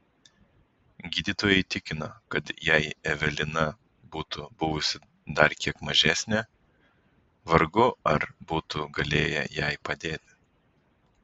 gydytojai tikino kad jei evelina būtų buvusi dar kiek mažesnė vargu ar būtų galėję jai padėti